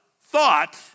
Thought